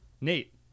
Nate